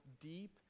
deep